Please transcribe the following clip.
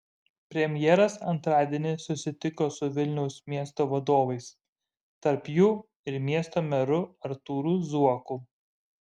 premjeras antradienį susitiko su vilniaus miesto vadovais tarp jų ir miesto meru artūru zuoku